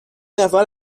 نفر